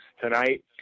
tonight